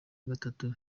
gatatu